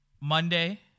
Monday